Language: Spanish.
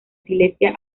silesia